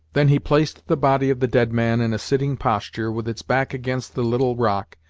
then he placed the body of the dead man in a sitting posture, with its back against the little rock,